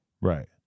Right